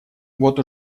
вот